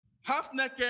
Half-naked